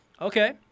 Okay